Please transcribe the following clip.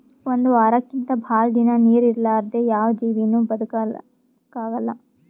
ಒಂದ್ ವಾರಕ್ಕಿಂತ್ ಭಾಳ್ ದಿನಾ ನೀರ್ ಇರಲಾರ್ದೆ ಯಾವ್ ಜೀವಿನೂ ಬದಕಲಕ್ಕ್ ಆಗಲ್ಲಾ